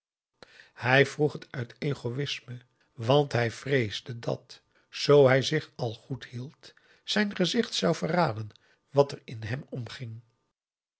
hij vroeg het uit egoïsme want hij vreesde dat zoo hij p a daum de van der lindens c s onder ps maurits zich al goed hield zijn gezicht zou verraden wat er in hem omging